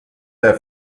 der